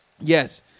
Yes